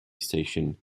station